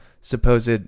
supposed